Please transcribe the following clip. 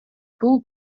бул